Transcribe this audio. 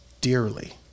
dearly